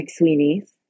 McSweeney's